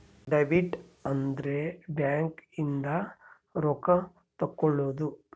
debit ಅಂದ್ರ bank ಇಂದ ರೊಕ್ಕ ತೆಕ್ಕೊಳೊದು